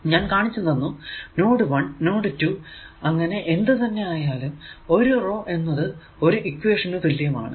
ഞാൻ കാണിച്ചു തന്നു നോഡ് 1 നോഡ് 2 അങ്ങനെ എന്ത് തന്നെ ആയാലും ഒരു റോ എന്നത് ഒരു ഇക്വേഷനു തുല്യമാണ്